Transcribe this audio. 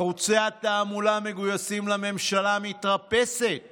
ערוצי התעמולה מגויסים לממשלה מתרפסת